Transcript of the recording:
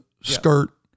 skirt